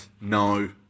no